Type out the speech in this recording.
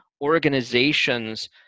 organizations